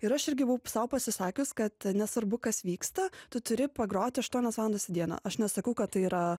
ir aš irgi buvau sau pasisakius kad nesvarbu kas vyksta tu turi pagrot aštuonias valandas į dieną aš nesakau kad tai yra